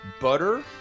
butter